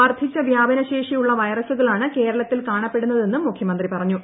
വർദ്ധിച്ച വ്യാപനശേഷി ഉള്ള വൈറസുകളാണ് കേരളത്തിൽ കാണപ്പെടുന്നതെന്നും മുഖ്യമന്ത്രി പറഞ്ഞു